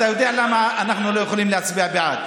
אתה יודע למה אנחנו לא יכולים להצביע בעד,